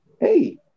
Hey